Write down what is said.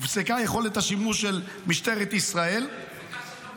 הופסקה יכולת השימוש של ממשלת ישראל ------ לחקור גם.